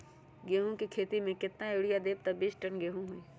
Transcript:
गेंहू क खेती म केतना यूरिया देब त बिस टन गेहूं होई?